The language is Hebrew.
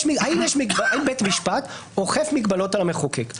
האם בית משפט אוכף מגבלות על המחוקק.